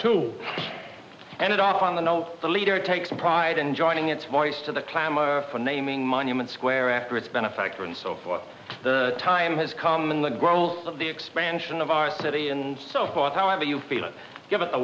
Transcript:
two ended up on the no leader takes pride in joining its voice to the clamor for naming monument square after its benefactor and so forth the time has come in the growth of the expansion of our city and so forth however you feel given t